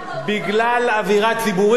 בגלל אווירה ציבורית.